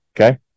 Okay